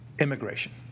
Immigration